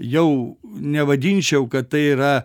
jau nevadinčiau kad tai yra